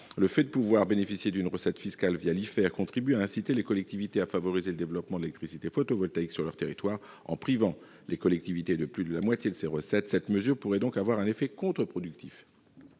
Le fait de pouvoir bénéficier d'une recette fiscale l'IFER contribue à inciter les collectivités à favoriser le développement de l'électricité photovoltaïque sur leur territoire. En privant celles-ci de plus de la moitié de ces recettes, la mesure pourrait donc avoir un effet contre-productif.